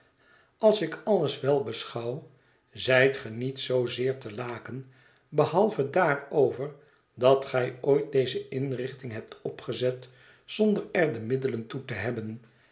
als ik alles wel beschouw zijt geniet zoozoer te laken behalve daarover dat gij ooit deze inrichting hebt opgezet zonder er de middelen toe te hebben